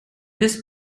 this